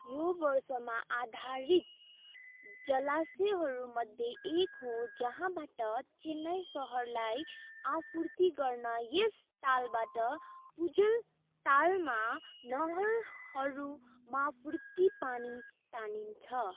यो वर्षामा आधारित जलाशयहरूमध्ये एक हो जहाँबाट चेन्नाई सहरलाई आपूर्ति गर्न यस तालबाट पुजल तालमा नहरहरूमाफुर्ति पानी तानिन्छ